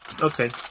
Okay